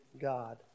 God